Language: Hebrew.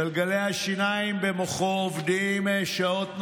גלגלי השיניים במוחו עובדים שעות נוספות,